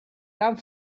tant